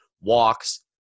walks